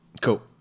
Cool